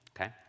Okay